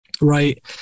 right